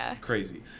crazy